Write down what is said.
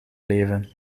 leven